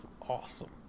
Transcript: awesome